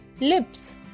Lips